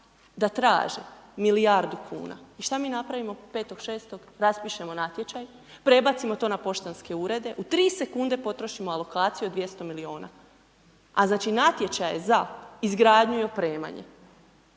da traže milijardu kuna, i šta mi napravimo 5.6., raspišemo natječaj, prebacimo to na poštanske urede, u 3 sekunde potrošimo alokaciju od 200 milijuna a znači natječaj je za izgradnju i opremanje.